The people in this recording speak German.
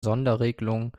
sonderregelung